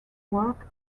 work